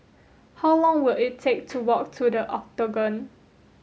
how long will it take to walk to The Octagon